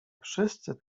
wszyscy